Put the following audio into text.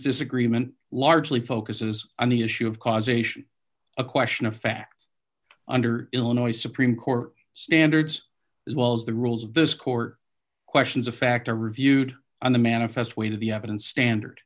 disagreement largely focuses on the issue of causation a question of fact under illinois supreme court standards as well as the rules of this court questions of fact are reviewed on the manifest weight of the evidence standard